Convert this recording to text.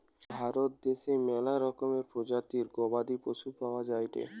ভারত দ্যাশে ম্যালা রকমের প্রজাতির গবাদি পশু পাওয়া যায়টে